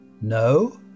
No